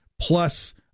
plus